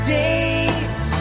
days